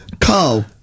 Carl